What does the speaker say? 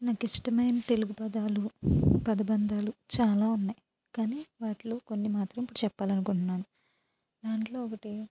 నాకు ఇష్టమైన తెలుగు పదాలు పదబంధాలు చాలా ఉన్నాయి కానీ వాటిలో కొన్ని మాత్రం చెప్పాలనుకుంటున్నాను దాంట్లో ఒకటి